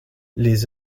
les